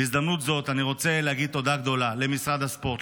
בהזדמנות הזאת אני רוצה לומר תודה גדולה למשרד הספורט,